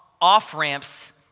off-ramps